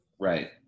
Right